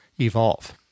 evolve